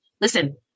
listen